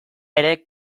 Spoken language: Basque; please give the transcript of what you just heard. ere